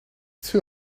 too